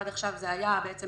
עד עכשיו זה היה בעצם